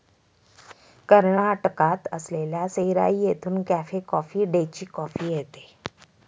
कर्नाटकात असलेल्या सेराई येथून कॅफे कॉफी डेची कॉफी येते